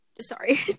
sorry